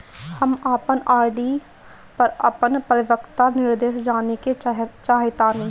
हम अपन आर.डी पर अपन परिपक्वता निर्देश जानेके चाहतानी